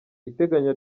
iteganya